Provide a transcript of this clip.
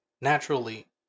naturally